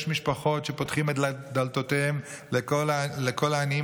יש משפחות שפותחות את דלתותיהן לכל העניים